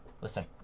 Listen